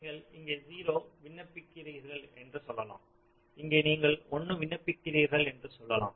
நீங்கள் இங்கே 0 விண்ணப்பிக்கிறீர்கள் என்று சொல்லலாம் இங்கே நீங்கள் 1 விண்ணப்பிக்கிறீர்கள் என்று சொல்லலாம்